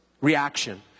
reaction